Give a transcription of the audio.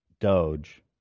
Doge